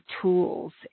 tools